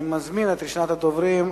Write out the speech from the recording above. אני מזמין את ראשונת הדוברים,